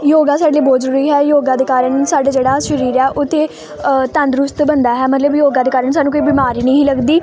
ਯੋਗਾ ਸਾਡੇ ਲਈ ਬਹੁਤ ਜ਼ਰੂਰੀ ਹੈ ਯੋਗਾ ਦੇ ਕਾਰਨ ਸਾਡੇ ਜਿਹੜਾ ਸਰੀਰ ਆ ਉੱਥੇ ਤੰਦਰੁਸਤ ਬਣਦਾ ਹੈ ਮਤਲਬ ਯੋਗਾ ਦੇ ਕਾਰਨ ਸਾਨੂੰ ਕੋਈ ਬਿਮਾਰੀ ਨਹੀਂ ਲੱਗਦੀ